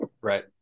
Right